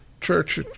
Church